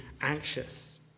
anxious